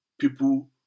people